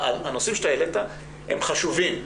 הנושאים שהעלית הם חשובים.